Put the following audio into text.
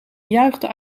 juichte